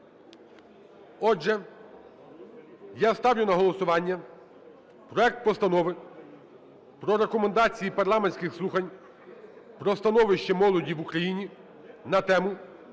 Отже, я ставлю на голосування проект Постанови про Рекомендації парламентських слухань про становище молоді в Україні на тему: